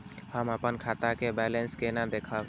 हम अपन खाता के बैलेंस केना देखब?